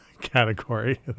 category